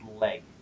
leg